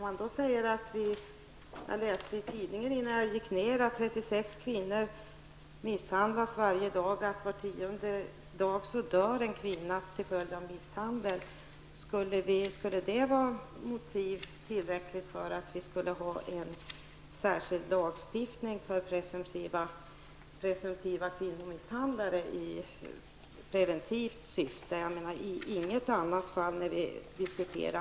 Jag läste i tidningen i dag att 36 kvinnor varje dag misshandlas och att det var tionde dag dör en kvinna till följd av misshandel. Enligt Lars-Erik Lövdéns resonemang i det här fallet skulle detta vara ett motiv för att vi i preventivt syfte skulle ha en lag mot kvinnomisshandel.